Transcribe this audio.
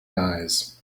eyes